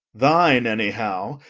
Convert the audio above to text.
thine anyhow.